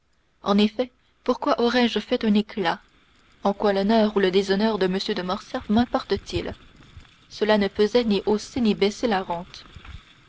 en effet pourquoi aurais-je fait un éclat en quoi l'honneur ou le déshonneur de m de morcerf mimporte t il cela ne faisait ni hausser ni baisser la rente